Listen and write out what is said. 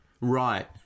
right